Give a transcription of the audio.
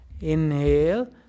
Inhale